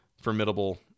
formidable